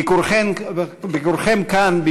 ביקורכם כאן,